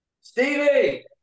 Stevie